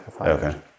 Okay